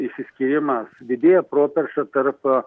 išsiskyrimas didėja properša tarp